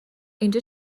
اینجا